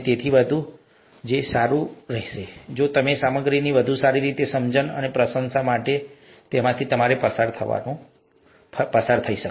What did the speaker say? તે ખરેખર સારું રહેશે જો તમે સામગ્રીની વધુ સારી સમજણ અને પ્રશંસા માટે તેમાંથી પસાર થઈ શકો